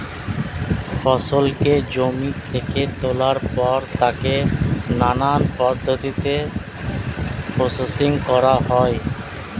ফসলকে জমি থেকে তোলার পর তাকে নানান পদ্ধতিতে প্রসেসিং করা হয়